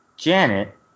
Janet